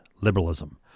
liberalism